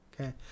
okay